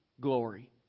glory